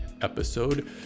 episode